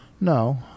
No